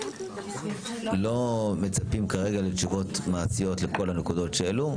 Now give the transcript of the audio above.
אנחנו לא מצפים כרגע לתשובות מעשיות לכל הנקודות שהועלו.